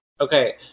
Okay